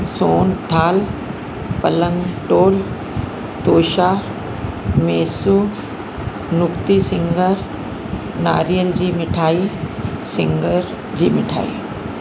सोन थाल पलंग टोल तोषा मेसू नुकिती सिङर नारियल जी मिठाई सिङर जी मिठाई